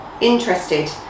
interested